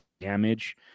damage